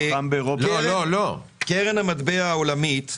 קרן המטבע העולמית,